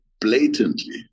blatantly